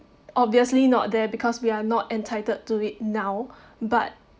obviously not there because we are not entitled to it now but